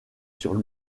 sur